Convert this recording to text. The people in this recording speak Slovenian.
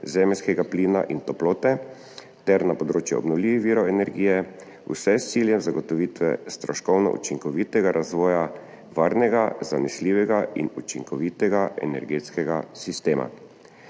zemeljskega plina in toplote ter na področju obnovljivih virov energije, vse s ciljem zagotovitve stroškovno učinkovitega razvoja varnega, zanesljivega in učinkovitega energetskega sistema.